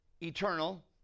eternal